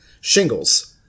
shingles